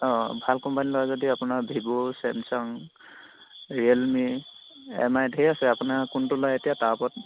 অঁ ভাল কোম্পানীৰ লয় যদি আপোনাৰ Vivo Samsung Realme M I ঢেৰ আছে আপোনাৰ কোনটো লয় এতিয়া তাৰ ওপৰত